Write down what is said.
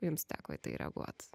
jums teko į tai reaguot